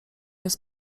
jest